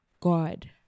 God